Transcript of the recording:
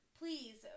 please